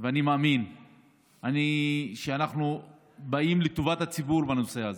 ואני מאמין שאנחנו באים לטובת הציבור בנושא הזה.